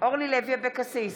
אורלי לוי אבקסיס,